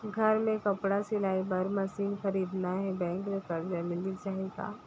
घर मे कपड़ा सिलाई बार मशीन खरीदना हे बैंक ले करजा मिलिस जाही का?